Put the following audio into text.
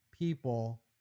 people